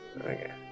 Okay